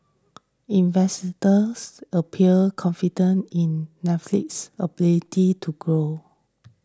investors appear confident in Netflix's ability to grow